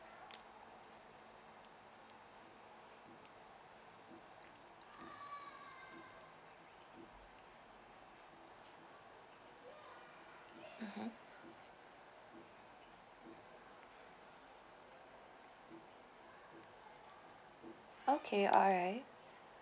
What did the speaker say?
mmhmm okay alright